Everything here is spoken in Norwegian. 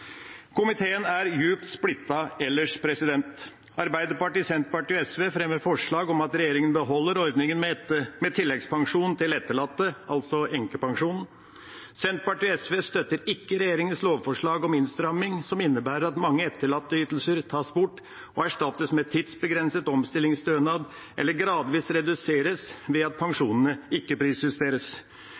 Komiteen er djupt splittet ellers. Arbeiderpartiet, Senterpartiet og SV fremmer forslag om at regjeringa beholder ordningen med tilleggspensjon til etterlatte, altså enkepensjonen. Senterpartiet og SV støtter ikke regjeringas lovforslag om innstramming som innebærer at mange etterlatteytelser tas bort og erstattes med tidsbegrenset omstillingsstønad eller gradvis reduseres ved at pensjonene ikke prisjusteres.